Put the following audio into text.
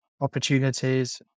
opportunities